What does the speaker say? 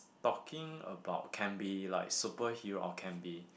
talking about can be like superhero or can be